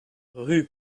rue